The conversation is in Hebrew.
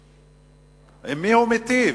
עם מי הוא מטיב?